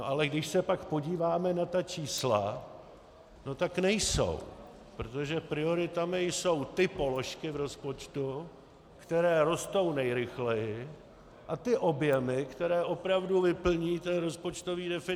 Ale když se pak podíváme na ta čísla, no tak nejsou, protože prioritami jsou ty položky v rozpočtu, které rostou nejrychleji, a ty objemy, které opravdu vyplní ten rozpočtový deficit.